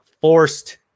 forced